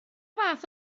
fath